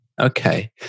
okay